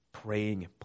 Praying